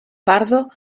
pardo